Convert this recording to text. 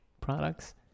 products